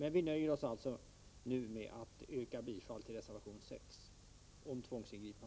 Men vi nöjer oss alltså nu med att yrka bifall till reservation